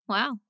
Wow